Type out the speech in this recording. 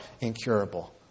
incurable